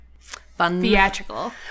theatrical